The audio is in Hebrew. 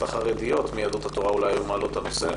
החרדיות מיהדות התורה אולי היו מעלות את הנושא,